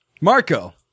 Marco